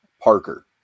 Parker